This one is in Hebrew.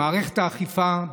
מערכת האכיפה,